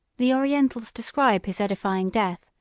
the orientals describe his edifying death,